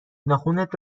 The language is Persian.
ناخنت